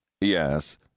Yes